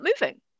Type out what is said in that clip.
moving